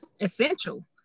essential